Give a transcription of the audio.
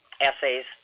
essays